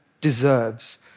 deserves